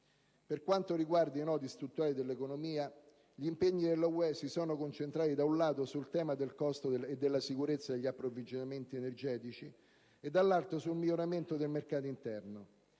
Per quanto riguarda i nodi strutturali dell'economia, gli impegni dell'Unione europea si sono concentrati da un lato sul tema del costo e della sicurezza degli approvvigionamenti energetici e dall'altro sul miglioramento del mercato interno.